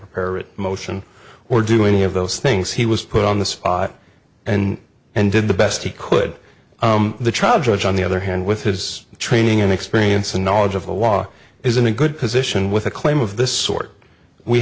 prepare it motion or do any of those things he was put on the spot and and did the best he could the trial judge on the other hand with his training and experience and knowledge of the law isn't a good position with a claim of this sort we